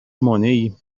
مانعی